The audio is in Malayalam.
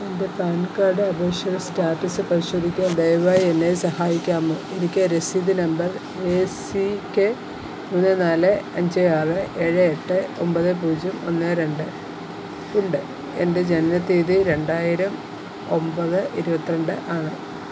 എൻ്റെ പാൻ കാർഡ് അപേക്ഷയുടെ സ്റ്റാറ്റസ് പരിശോധിക്കാൻ ദയവായി എന്നെ സഹായിക്കാമോ എനിക്ക് രസീത് നമ്പർ എ സി കെ മൂന്ന് നാല് അഞ്ച് ആറ് ഏഴ് എട്ട് ഒമ്പത് പൂജ്യം ഒന്ന് രണ്ട് ഉണ്ട് എൻ്റെ ജനനത്തീയതി രണ്ടായിരം ഒമ്പത് ഇരുപത്തി രണ്ട് ആണ്